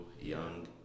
young